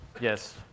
yes